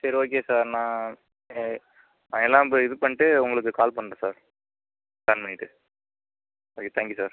சரி okay sir நான் நான் எல்லாம் போய் இது பண்ணிட்டு உங்களுக்கு கால் பண்ணுறேன் சார் ப்ளான் பண்ணிவிட்டு ஓகே தேங்க்யூ சார்